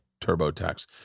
TurboTax